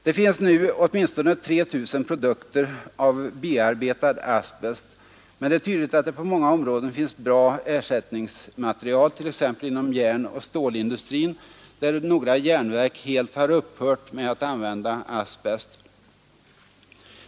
Det finns nu åtminstone 3 000 produkter av bearbetad asbest, men det är tydligt att det på många områden finns bra ersättningsmaterial, t.ex. inom järnoch stålindustrin, där några järnverk helt har upphört med att använda asbest.